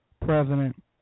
president